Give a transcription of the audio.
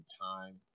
time